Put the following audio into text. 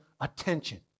attention